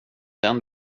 den